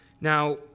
Now